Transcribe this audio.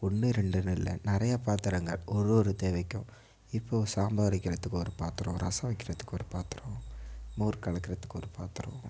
ஒன்று ரெண்டுன்னு இல்லை நிறைய பாத்திரங்கள் ஒரு ஒரு தேவைக்கும் இப்போது சாம்பார் வைக்கிறத்துக்கு ஒரு பாத்திரம் ரசம் வைக்கிறத்துக்கு ஒரு பாத்திரம் மோர் கலக்கிறத்துக்கு ஒரு பாத்திரம்